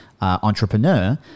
entrepreneur